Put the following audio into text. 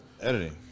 editing